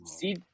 see